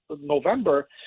November